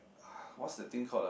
what's the thing called ah